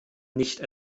nicht